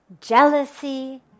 jealousy